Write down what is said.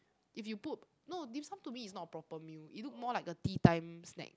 if you put no dim sum to me is not a proper meal it look more like a tea time snack